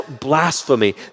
blasphemy